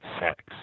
sex